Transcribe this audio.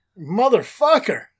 motherfucker